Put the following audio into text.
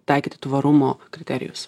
taikyti tvarumo kriterijus